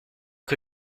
que